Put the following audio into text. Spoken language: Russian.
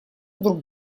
друг